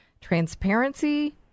transparency